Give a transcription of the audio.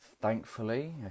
thankfully